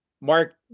Mark